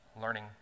learning